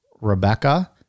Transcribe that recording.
Rebecca